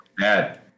dad